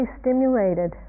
stimulated